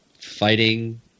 fighting